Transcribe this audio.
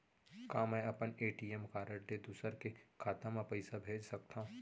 का मैं अपन ए.टी.एम कारड ले दूसर के खाता म पइसा भेज सकथव?